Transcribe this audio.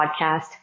podcast